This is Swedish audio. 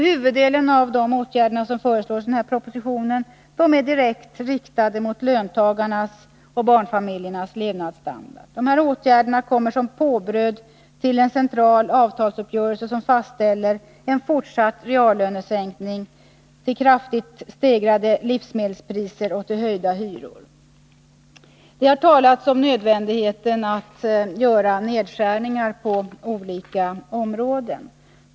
Huvuddelen av åtgärderna är direkt riktad mot löntagarnas och barnfamiljernas levnadsstandard. Dessa åtgärder kommer som påbröd till en central avtalsuppgörelse som fastställer en fortsatt reallönesänkning, till kraftigt stegrade livsmedelspriser och till höjda hyror. Det har talats om nödvändigheten att göra nedskärningar på olika områden.